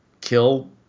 kill